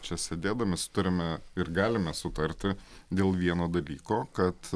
čia sėdėdami sutarėme ir galime sutarti dėl vieno dalyko kad